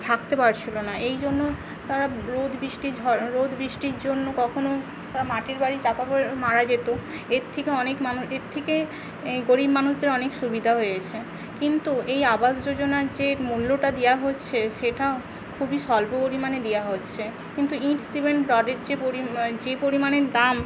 থাকতে পারছিল না এইজন্য তারা রোদ বৃষ্টি ঝড় রোদ বৃষ্টির জন্য কখনও বা মাটির বাড়ি চাপা পরে মারা যেতো এর থেকে অনেক মানুষ এর থেকে গরীব মানুষদের অনেক সুবিধা হয়ছে কিন্তু এই আবাস যোজনার যে মূল্যটা দেওয়া হচ্ছে সেটা খুবই স্বল্প পরিমাণে দেওয়া হচ্ছে কিন্তু ইট সিমেন্ট বালির যে পরিমাণ যে পরিমাণে দাম